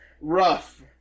Rough